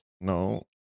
No